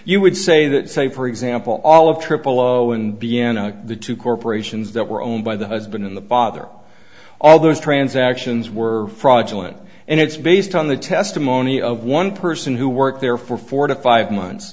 you would say that say for example all of triple zero and b n a the two corporations that were owned by the husband in the bother all those transactions were fraudulent and it's based on the testimony of one person who worked there for four to five months